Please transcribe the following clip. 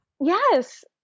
Yes